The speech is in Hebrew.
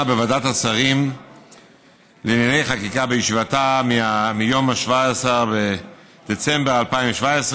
בוועדת השרים לענייני חקיקה בישיבתה ביום 17 בדצמבר 2017,